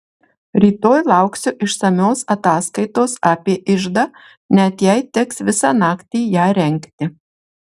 rytoj lauksiu išsamios ataskaitos apie iždą net jei teks visą naktį ją rengti